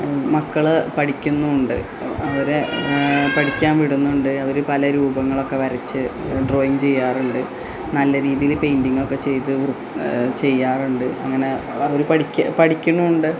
മക്കൾ പഠിക്കുന്നുണ്ട് അവരെ പഠിക്കാൻ വിടുന്നുണ്ട് അവർ പല രൂപങ്ങളൊക്കെ വരച്ച് ഡ്രോയിങ്ങ് ചെയ്യാറുണ്ട് നല്ല രീതിയിൽ പെയിൻറ്റിങ്ങൊക്കെ ചെയ്ത് വൃ ചെയ്യാറുണ്ട് അങ്ങനെ അതവർ പഠി പഠിക്കണുണ്ട്